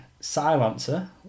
silencer